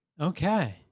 Okay